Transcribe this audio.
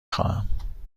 خواهم